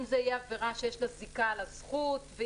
אם זאת תהיה עבירה שיש לה זיקה לזכות ואם